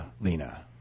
Lena